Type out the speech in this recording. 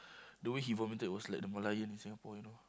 the way he vomited was like the Merlion in Singapore you know